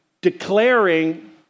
declaring